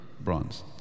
bronze